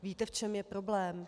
Víte, v čem je problém?